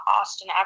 Austin